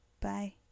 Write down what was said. Bye